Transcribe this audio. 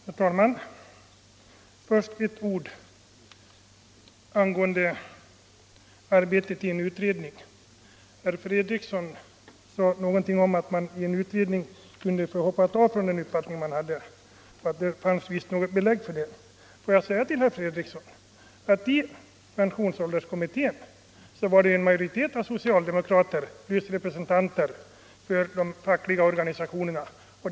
Herr talman! Först några ord angående arbetet i en utredning. Herr Fredriksson sade någonting om att man i en utredning kunde få hoppa av från den uppfattning man hade och att det visst fanns belägg för . det. Får jag säga till herr Fredriksson att i pensionsålderskommittén var det en majoritet av socialdemokrater och representanter för de fackliga organisationerna.